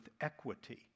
equity